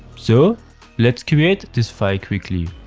so let's create this file quickly.